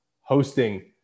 hosting